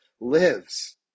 lives